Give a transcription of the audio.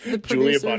julia